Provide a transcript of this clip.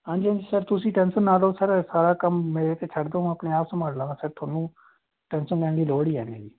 ਹਾਂਜੀ ਹਾਂਜੀ ਸਰ ਤੁਸੀਂ ਟੈਨਸ਼ਨ ਨਾ ਲਓ ਸਰ ਸਾਰਾ ਕੰਮ ਮੇਰੇ 'ਤੇ ਛੱਡ ਦਿਓ ਮੈਂ ਆਪਣੇ ਆਪ ਸੰਭਾਲ ਲਾਂਗਾ ਸਰ ਤੁਹਾਨੂੰ ਟੈਨਸ਼ਨ ਲੈਣ ਦੀ ਲੋੜ ਹੀ ਹੈ ਨਹੀਂ ਜੀ